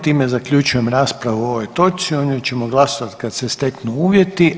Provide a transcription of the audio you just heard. Time zaključujem raspravu o ovoj točci, o njoj ćemo glasovat kad se steknu uvjeti.